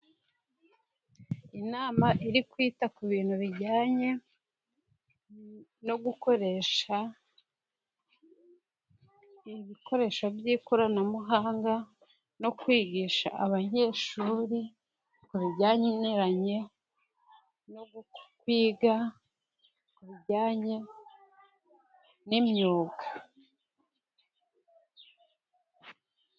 Inama iri kwita ku bintu bijyanye no gukoresha ibikoresho by'ikoranabuhanga, no kwigisha abanyeshuri ku bijyaniranye no kwiga ibijyanye n'imyuga.